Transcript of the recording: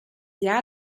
jahr